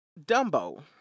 Dumbo